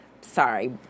sorry